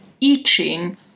itching